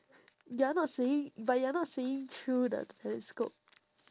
you are not seeing but you are not seeing through the telescope